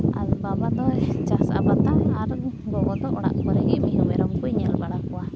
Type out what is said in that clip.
ᱟᱫᱚ ᱵᱟᱵᱟ ᱫᱚ ᱪᱟᱥ ᱟᱵᱟᱫᱟ ᱟᱨ ᱜᱚᱜᱚ ᱫᱚ ᱚᱲᱟᱜ ᱠᱚᱨᱮ ᱜᱮ ᱢᱤᱦᱩ ᱢᱮᱨᱚᱢ ᱠᱚᱭ ᱧᱮᱞ ᱵᱟᱲᱟ ᱠᱚᱣᱟ